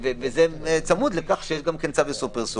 וזה גם צמוד לכך שיש גם צו איסור פרסום.